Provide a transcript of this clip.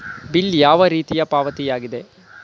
Bill ಯಾವ ರೀತಿಯ ಪಾವತಿಯಾಗಿದೆ?